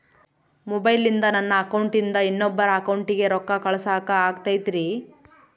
ಮೊಬೈಲಿಂದ ನನ್ನ ಅಕೌಂಟಿಂದ ಇನ್ನೊಬ್ಬರ ಅಕೌಂಟಿಗೆ ರೊಕ್ಕ ಕಳಸಾಕ ಆಗ್ತೈತ್ರಿ?